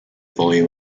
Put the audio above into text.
volume